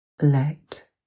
Let